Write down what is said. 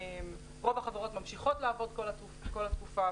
רוב החברות ממשיכות לעבוד כל התקופה,